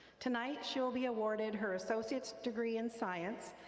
tonight she will be awarded her associate's degree in science.